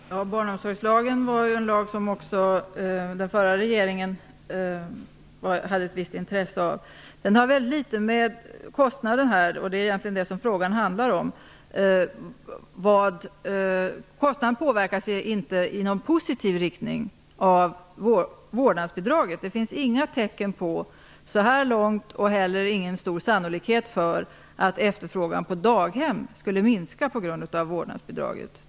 Herr talman! Barnomsorgslagen är ju en lag som också den förra regeringen hade ett visst intresse av. Kostnaden påverkas inte i någon positiv riktning av vårdnadsbidraget. Det finns inga tecken på det så här långt och inte heller med någon större sannolikhet på att efterfrågan på daghem skulle minska på grund av vårdnadsbidraget.